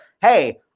Hey